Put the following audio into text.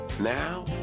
Now